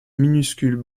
minuscules